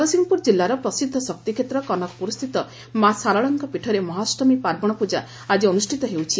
ଜଗତ୍ସିଂହପୁର ଜିଲ୍ଲାର ପ୍ରସିଦ୍ଧ ଶକ୍ତିକ୍ଷେତ୍ର କନକପୁରସ୍ଛିତ ମା' ଶାରଳାଙ୍କ ପୀଠରେ ମହାଷ୍ଟମୀ ପାର୍ବଣ ପୂଜା ଆକି ଅନୁଷିତ ହେଉଛି